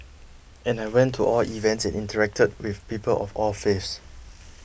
and I went to all events and interacted with people of all faiths